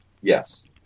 yes